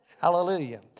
Hallelujah